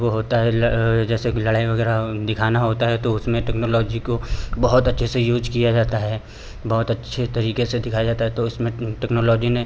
वो होता है जैसे कि लड़ाई वगैरह दिखाना होता है तो उसमें टेक्नोलॉजी को बहुत अच्छे से यूज़ किया जाता है बहुत अच्छी तरीके से दिखाया जाता है तो उसमें टेक्नोलॉजी ने